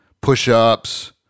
push-ups